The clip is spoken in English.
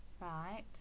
Right